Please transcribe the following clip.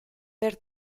per